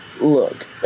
Look